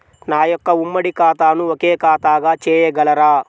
నా యొక్క ఉమ్మడి ఖాతాను ఒకే ఖాతాగా చేయగలరా?